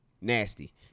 Nasty